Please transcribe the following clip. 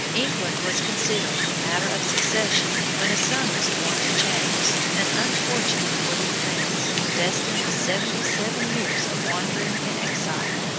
england was considering the matter of succession when a son was born to james, an unfortunate little prince, destined to seventy-seven years of wandering and exile,